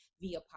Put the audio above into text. via